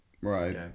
right